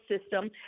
system